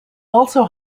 also